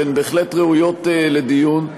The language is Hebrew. שהן בהחלט ראויות לדיון.